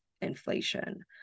inflation